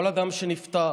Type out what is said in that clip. כל אדם שנפטר